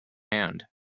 hand